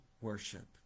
worship